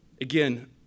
Again